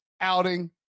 outing